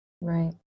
right